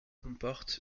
comporte